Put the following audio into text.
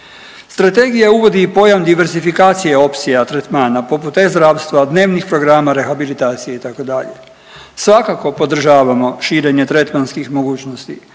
Strategija uvodi i pojam diversifikacije opcija tretmana poput e-zdravstva, dnevnih programa rehabilitacije itd.. Svakako podržavamo širenje tretmanskih mogućnosti,